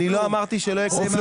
אני לא אמרתי שלא יקבלו.